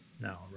now